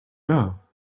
know